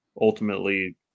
ultimately